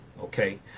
Okay